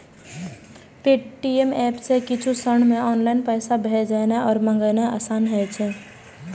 Paytm app सं किछुए क्षण मे ऑनलाइन पैसा भेजनाय आ मंगेनाय आसान होइ छै